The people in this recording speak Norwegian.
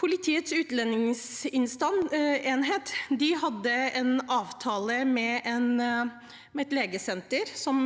Politiets utlendingsenhet hadde en avtale med et legesenter som